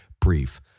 brief